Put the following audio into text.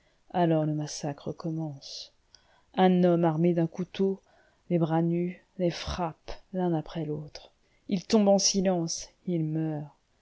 alors le massacre commence un homme armé d'un couteau les bras nus les frappe l'un après l'autre ils tombent en silence ils meurent